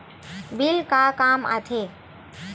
Bill का काम आ थे?